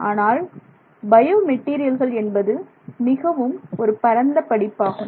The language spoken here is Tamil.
ஆனால் பயோ மெட்டீரியல்கள் என்பது மிகவும் ஒரு பரந்த படிப்பாகும்